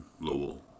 Lowell